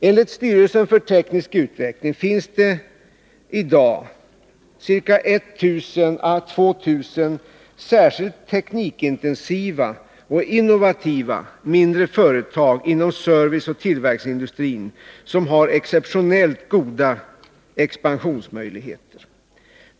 Enligt styrelsen för teknisk utveckling finns det i dag ca 1000 å 2000 teknikintensiva och innovativa mindre företag inom service och tillverkningsindustri som har speciellt goda expansionsmöjligheter.